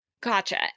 Gotcha